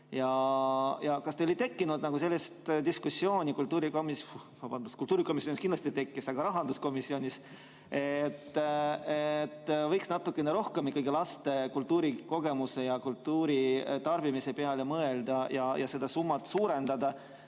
Kas teil ei tekkinud sellist diskussiooni kultuurikomisjonis – vabandust, kultuurikomisjonis see kindlasti tekkis –, rahanduskomisjonis, et võiks natukene rohkem ikkagi laste kultuurikogemuse ja kultuuritarbimise peale mõelda ja seda summat suurendada?